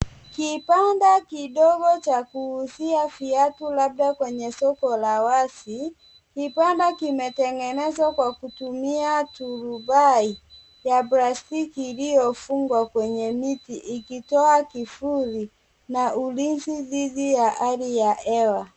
Kibanda kidogo cha kuuzia viatu labda kwenye soko la wazi. Kibanda kimetengenezwa kwa kutumia turubai ya plastiki iliyofungwa kwenye miti ikitoa kivuli na ulinzi didhi ya hali ya hewa.